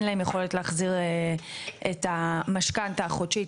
להם יכולת להחזיר את המשכנתא החודשית,